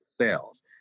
sales